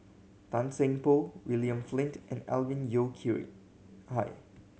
Tan Seng Poh William Flint and Alvin Yeo Khirn Hai